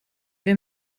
wir